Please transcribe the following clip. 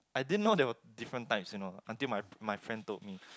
I didn't know they were different type you know until my my friend told me